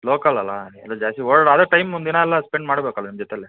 local ಅಲ್ಲಾ ಎಲ್ಲೂ ಜಾಸ್ತಿ ಓಡಾಡಲ್ಲ ಆದರೂ ಟೈಮ್ ದಿನ ಎಲ್ಲ ಸ್ಪೆಂಡ್ ಮಾಡ್ಬೇಕಲ್ಲಾ ನಿಮ್ಮ ಜೊತೇಲಿ